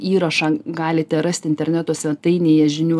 įrašą galite rasti interneto svetainėje žinių